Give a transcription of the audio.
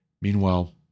Meanwhile